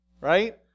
right